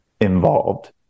involved